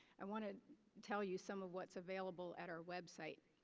i want to tell you some of what's available at our website.